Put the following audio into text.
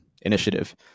initiative